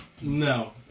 No